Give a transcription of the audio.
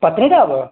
Patnitop